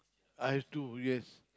I too yes